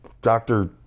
Doctor